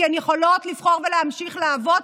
כי הן יכולות לבחור ולהמשיך לעבוד,